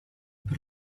per